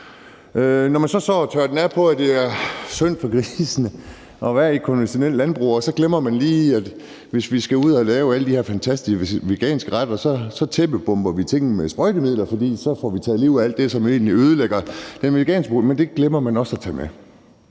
Når man så står og tørrer den af på, at det er synd for grisene at være i et konventionelt landbrug, glemmer man lige, at hvis vi skal ud at lave alle de her fantastiske veganske retter, tæppebomber vi tingene med sprøjtemidler, for så får vi taget livet af alt det, som egentlig ødelægger den veganske produktion, men det glemmer man også at tage med.